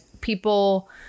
people